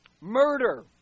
murder